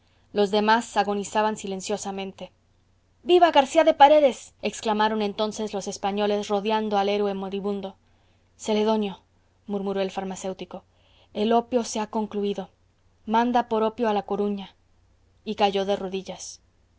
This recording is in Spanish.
los demás agonizaban silenciosamente viva garcía de paredes exclamaron entonces los españoles rodeando al héroe moribundo celedonio murmuró el farmacéutico el opio se ha concluido manda por opio a la coruña y cayó de rodillas